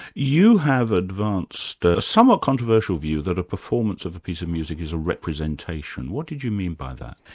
you have advanced a somewhat controversial view that a performance of a piece of music is a representation. what did you mean by that?